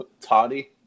Toddy